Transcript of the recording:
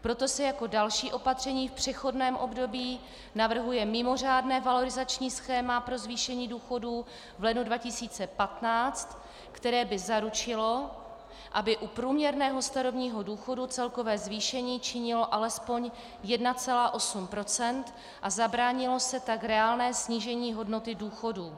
Proto se jako další opatření v přechodném období navrhuje mimořádné valorizační schéma pro zvýšení důchodů v lednu 2015, které by zaručilo, aby u průměrného starobního důchodu celkové zvýšení činilo alespoň 1,8 % a zabránilo se tak reálnému snížení hodnoty důchodů.